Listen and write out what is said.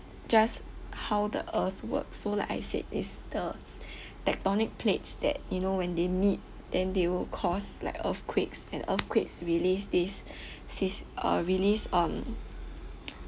just how the earth works so like I said is the tectonic plates that you know when they meet than they will cause like earthquakes and earthquakes released this sys~ uh release um